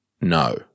No